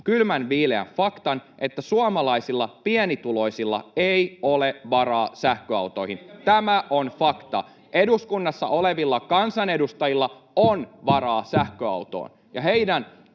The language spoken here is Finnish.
kylmänviileän faktan, että suomalaisilla pienituloisilla ei ole varaa sähköautoihin. [Timo Harakka: Eikä mihinkään autoihin!] Tämä on fakta. Eduskunnassa olevilla kansanedustajilla on varaa sähköautoon,